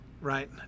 right